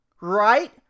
right